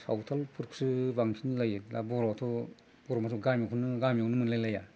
सावथालफोरखौसो बांसिन लायो बर'आथ' बर'आथ' गामि गामियावनो मोनलायलाया